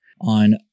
on